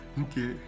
okay